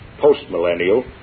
post-millennial